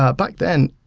ah back then,